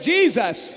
Jesus